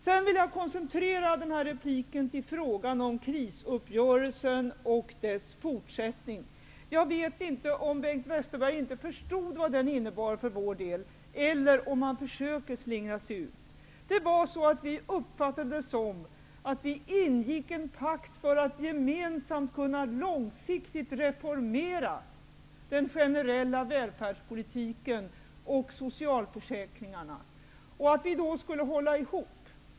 Sedan vill jag koncentrera den här repliken till frågan om krisuppgörelsen och dess fortsättning. Jag vet inte om Bengt Westerberg inte förstod vad uppgörelsen innebar för vår del eller om han försöker slingra sig ur. Vi uppfattade det så, att vi ingick en pakt för att gemensamt kunna långsiktigt reformera den ge nerella välfärdspolitiken och socialförsäkringarna och att vi då skulle hålla ihop.